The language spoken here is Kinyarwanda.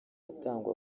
atangwa